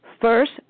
first